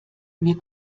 mir